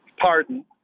Pardon